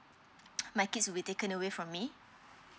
my kids will be taken away from me